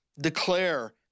declare